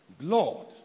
Lord